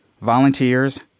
Volunteers